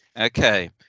Okay